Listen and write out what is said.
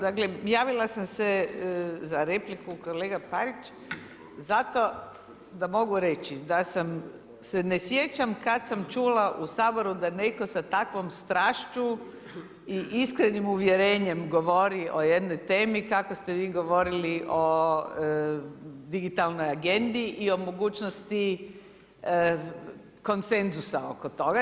Dakle javila sam se za repliku kolega Parić zato da mogu reći da se ne sjećam kada sam čula u Saboru da neko sa takvom strašću i iskrenim uvjerenjem govori o jednoj temi kako ste vi govorili o digitalnoj agendi i o mogućnosti konsenzusa oko toga.